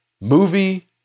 movie